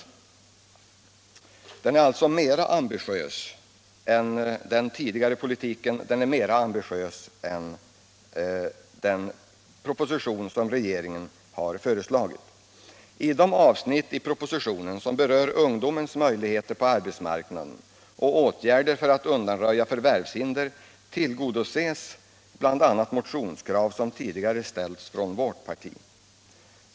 Förslaget är alltså mer ambitiöst än den tidigare politiken och den proposition som den förra regeringen har framlagt. I de avsnitt av propositionen 211 som berör ungdomens möjligheter på arbetsmarknaden och åtgärder för att undanröja förvärvshinder tillgodoses bl.a. de motionskrav som tidigare ställts från vårt parti.